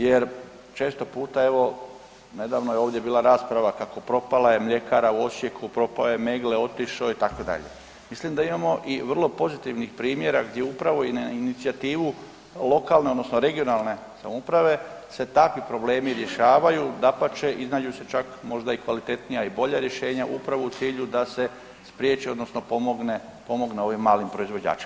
Jer često puta evo nedavno je ovdje bila rasprava kako propala je mljekara u Osijeku, propao je „Meggle“, otišao itd., mislim da imamo i vrlo pozitivnih primjera gdje upravo i na inicijativu lokalne odnosno regionalne samouprave se takvi problemi rješavaju, dapače iznađu se čak možda i kvalitetnija i bolja rješenja upravo u cilju da se spriječi odnosno pomogne, pomogne ovim malim proizvođačima.